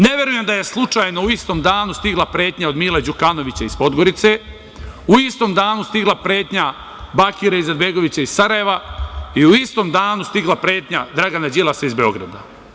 Ne verujem da je slučajno u istom danu stigla pretnja od Mila Đukanovića iz Podgorice, u istom danu stigla pretnja Bakira Izetbegovića iz Sarajeva i u istom danu stigla pretnja Dragana Đilasa iz Beograda.